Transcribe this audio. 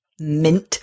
»Mint«